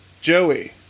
Joey